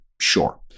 Sure